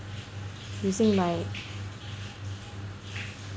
using my